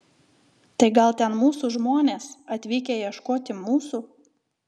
tai gal ten mūsų žmonės atvykę ieškoti mūsų